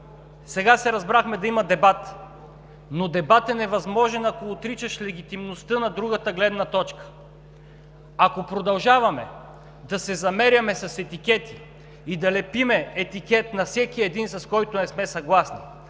сега се разбрахме да има дебат, но дебат е невъзможен, ако отричаш легитимността на другата гледна точка. Ако продължаваме да се замеряме с етикети и да лепим етикет на всеки един, с който не сме съгласни,